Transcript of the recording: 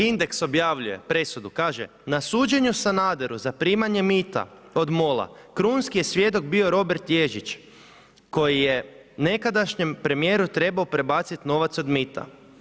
Indeks objavljuje presudu, kaže: „Na suđenju Sanaderu za primanje mita od MOL-a krunski je svjedok bio Robert Ježić koji je nekadašnjem premijeru trebao prebaciti novac od mita.